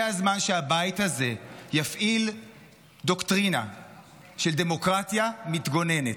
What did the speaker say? יפעיל דוקטרינה של דמוקרטיה מתגוננת.